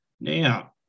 Now